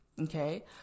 Okay